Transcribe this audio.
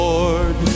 Lord